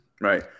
Right